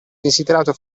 desiderato